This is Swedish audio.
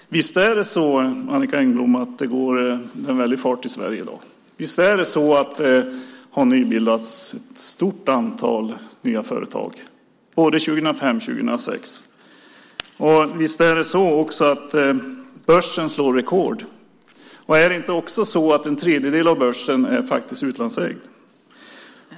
Herr talman! Visst är det så, Annicka Engblom, att det går med en väldig fart i Sverige i dag. Visst är det så att ett stort antal nya företag har bildats både 2005 och 2006. Visst är det så att börsen slår rekord. Är det inte också så att en tredjedel av börsen är utlandsägd?